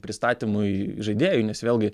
pristatymui žaidėjui nes vėlgi